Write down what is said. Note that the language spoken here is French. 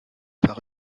par